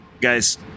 guys